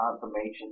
confirmation